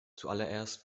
zuallererst